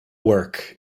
work